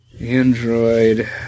Android